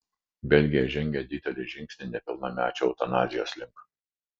belgija žengė didelį žingsnį nepilnamečių eutanazijos link